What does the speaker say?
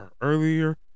earlier